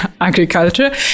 agriculture